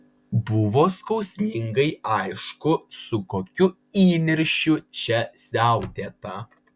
buvo skausmingai aišku su kokiu įniršiu čia siautėta